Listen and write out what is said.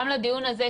גם לדיון הזה,